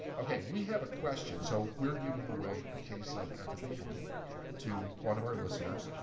okay, we have a question, so we're giving away a case of empathy wine to one of our listeners.